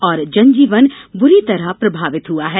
और जनजीवन बुरी तरह प्रभावित हुआ है